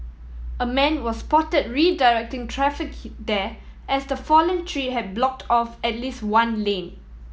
a man was spotted redirecting traffic there as the fallen tree have blocked off at least one lane